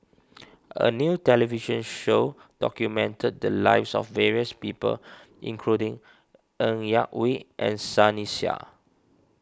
a new television show documented the lives of various people including Ng Yak Whee and Sunny Sia